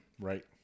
Right